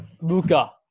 Luca